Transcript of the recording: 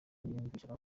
niyumvishaga